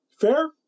Fair